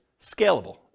scalable